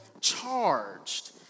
Charged